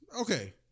okay